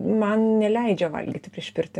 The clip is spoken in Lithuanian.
man neleidžia valgyti prieš pirtį